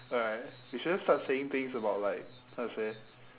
alright we shouldn't start saying things about like how to say